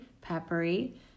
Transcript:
peppery